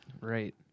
Right